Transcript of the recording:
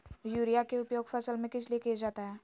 Urea के उपयोग फसल में किस लिए किया जाता है?